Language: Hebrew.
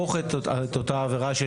הכוונה היא להפוך את אותה עבירה של